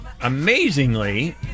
Amazingly